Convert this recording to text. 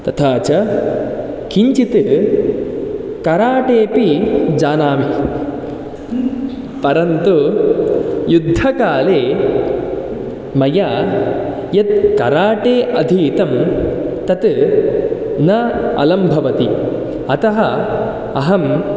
तथा च किञ्चित् कराटेपि जानामि परन्तु युद्धकाले मया यत्कराटे अधीतं तत् न अलं भवति अतः अहं